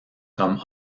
comme